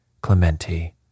Clementi